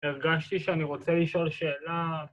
‫הרגשתי שאני רוצה לשאול שאלה...